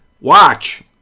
watch